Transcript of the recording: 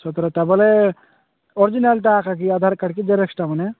ତା'ପରେ ଓରିଜିନାଲଟା କି ଆଧାର କାର୍ଡ୍ କି ଜେରକ୍ସଟା ମାନେ